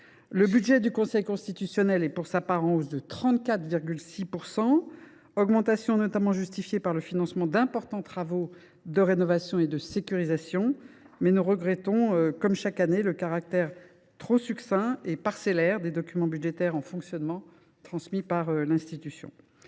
Le budget du Conseil constitutionnel est pour sa part en hausse de 34,6 %. Cette augmentation est notamment justifiée par le financement d’importants travaux de rénovation et de sécurisation. Nous regrettons cependant, comme chaque année, le caractère succinct et parcellaire des documents budgétaires en fonctionnement transmis par l’institution.